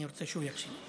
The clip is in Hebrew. אני רוצה שהוא יקשיב.